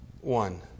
one